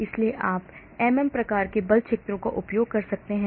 इसलिए आप MM प्रकार के बल क्षेत्रों का उपयोग कर सकते हैं